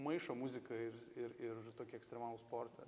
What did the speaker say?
maišo muziką ir ir ir tokį ekstremalų sportą